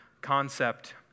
concept